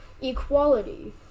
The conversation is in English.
equality